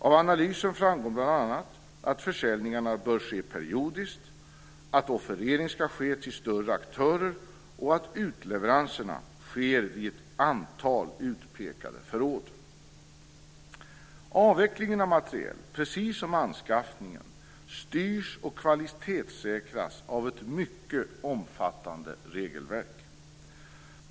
Av analysen framgår bl.a. att försäljningarna bör ske periodiskt, att offerering ska ske till större aktörer och att utleveranserna sker vid ett antal utpekade förråd. Avvecklingen av materiel, precis som anskaffningen, styrs och kvalitetssäkras av ett mycket omfattande regelverk.